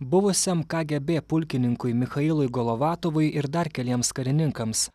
buvusiam ka gė bė pulkininkui michailui golovatovui ir dar keliems karininkams